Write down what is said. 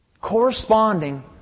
corresponding